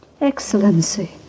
Excellency